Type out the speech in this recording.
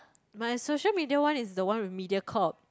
my social media one is the one with Mediacorp